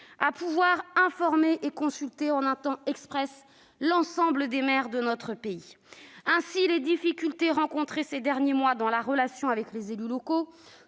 à pouvoir informer et consulter en un temps record l'ensemble des maires de notre pays ... Ainsi, les difficultés rencontrées ces derniers mois dans la relation avec les élus locaux,